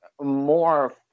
more